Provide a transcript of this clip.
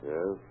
Yes